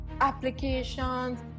applications